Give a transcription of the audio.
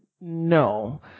No